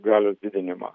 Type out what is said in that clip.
galios didinimą